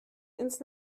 ins